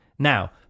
Now